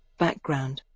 background